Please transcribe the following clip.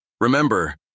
Remember